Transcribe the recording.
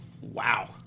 wow